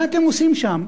מה אתם עושים שם?